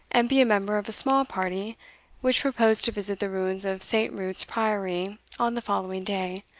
and be a member of a small party which proposed to visit the ruins of saint ruth's priory on the following day,